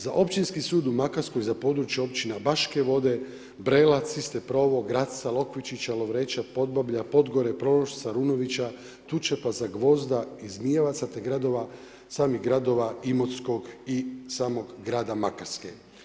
Za Općinski sud u Makarskoj za područje općine Baške Vode, Brela, Ciste Provo, Graca, Lokvičića, Lovreča, Podbablja, Podgore, Prološca, Runovića, Tučepa, Zagvozda i Zmijevaca, te gradova samih gradova Imotskog i samog grada Makarske.